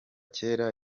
kera